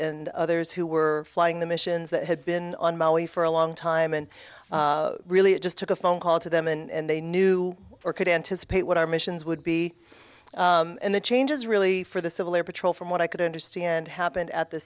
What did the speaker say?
and others who were flying the missions that had been on maui for a long time and really it just took a phone call to them and they knew or could anticipate what our missions would be and the changes really for the civil air patrol from what i could understand happened at the